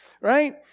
right